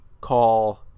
call